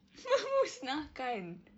memusnahkan